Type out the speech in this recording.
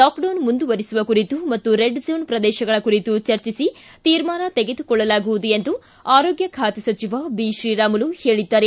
lockdown ಮುಂದುವರೆಸುವ ಕುರಿತು ಮತ್ತು ರೆಡ್ಝೋನ್ ಪ್ರದೇಶಗಳ ಕುರಿತು ಚರ್ಚಿಸಿ ತೀರ್ಮಾನ ತೆಗೆದುಕೊಳ್ಳಲಾಗುವುದು ಎಂದು ಆರೋಗ್ಯ ಖಾತೆ ಸಚಿವ ಬಿತ್ರೀರಾಮುಲು ಹೇಳದ್ದಾರೆ